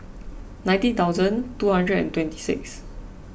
ninety thousand two hundred and twenty six